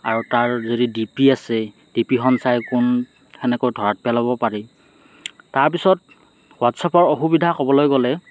আৰু তাৰ যদি ডি পি আছে ডি পিখন চাই কোন সেনেকৈ ধৰাত পেলাব পাৰি তাৰপিছত হোৱাট্চআপৰ অসুবিধা ক'বলৈ গ'লে